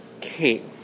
Kate